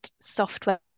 software